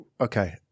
okay